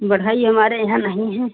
बढ़ई हमारे यहाँ नहीं है